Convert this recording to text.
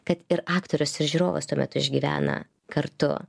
kad ir aktorius ir žiūrovas tuo metu išgyvena kartu